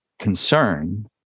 concern